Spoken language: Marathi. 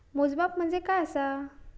मोजमाप म्हणजे काय असा?